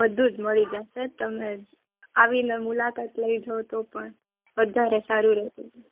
બધું જ મળી જશે તમને આવીને મુલાકાત લઈ જાઓ તો પણ વધારે સારું રહેશે